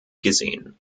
gesehen